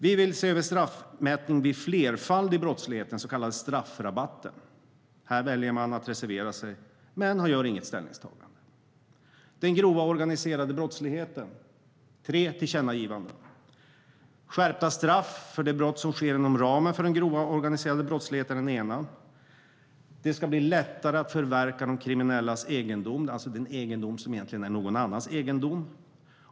Vi vill se över straffmätning vid flerfaldig brottslighet, det vill säga den så kallade straffrabatten. Här väljer man att reservera sig, men man gör inget ställningstagande. När det gäller den grova organiserade brottsligheten finns det tre tillkännagivanden. Det första rör skärpta straff för de brott som sker inom ramen för den grova organiserade brottsligheten. Det andra handlar om att det ska bli lättare att förverka den kriminellas egendom, alltså den egendom som egentligen är någon annans egendom.